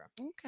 Okay